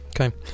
Okay